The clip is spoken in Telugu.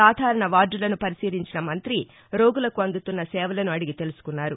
సాధారణ వార్దలను పరిశీలించిన మంతి రోగులకు అందుతున్న సేవలను అడిగి తెలుసుకున్నారు